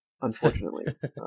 Unfortunately